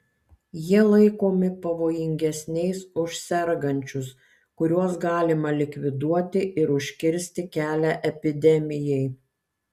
jie laikomi pavojingesniais už sergančius kuriuos galima likviduoti ir užkirsti kelią epidemijai